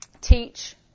teach